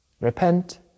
Repent